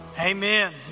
Amen